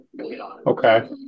Okay